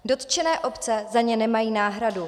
Dotčené obce za ně nemají náhradu.